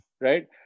Right